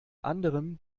anderem